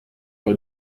war